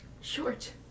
Short